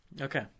Okay